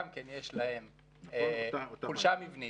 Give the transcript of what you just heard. גם כן יש להם חולשה מבנית,